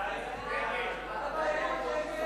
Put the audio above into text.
הסמל והמנון